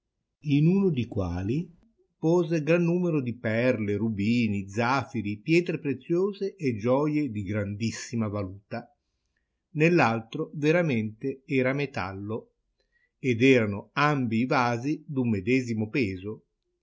in uno di quali pose gran numero di perle rubini zafiri pietre preziose e gioie di grandissima valuta nell'altro veramente era metallo ed erano ambi i vasi d uno medesimo peso